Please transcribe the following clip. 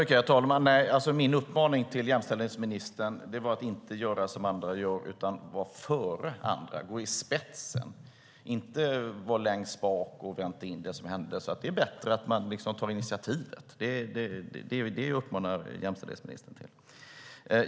Herr talman! Min uppmaning till jämställdhetsministern var inte att göra som andra gör utan att vara före andra, gå i spetsen, inte vara längst bak och vänta in det som händer. Det är bättre att ta initiativet. Det uppmanar jag jämställdhetsministern till.